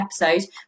episode